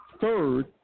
third